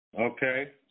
Okay